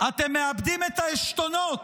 אתם מאבדים את העשתונות,